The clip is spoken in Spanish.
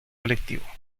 colectivo